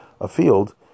afield